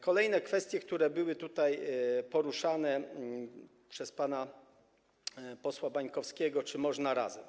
Kolejna kwestia, która była tutaj poruszana przez pana posła Bańkowskiego: Czy można razem?